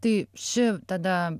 tai ši tada